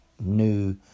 new